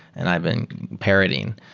and i've been parroting,